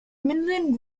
midland